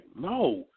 no